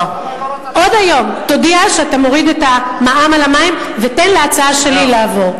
עוד היום תודיע שאתה מוריד את המע"מ על המים ותן להצעה שלי לעבור.